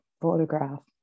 photograph